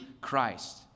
Christ